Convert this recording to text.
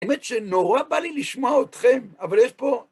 האמת שנורא בא לי לשמוע אתכם, אבל יש פה...